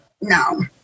No